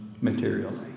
materially